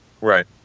Right